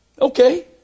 Okay